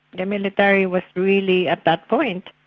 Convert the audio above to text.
the military was really at that point,